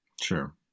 Sure